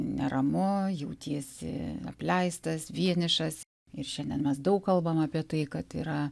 neramu jautiesi apleistas vienišas ir šiandien mes daug kalbam apie tai kad yra